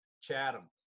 Chatham